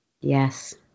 Yes